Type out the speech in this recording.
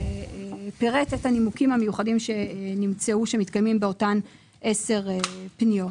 פירט את הנימוקים המיוחדים שנמצאו שמתקיימים באותן עשר פניות.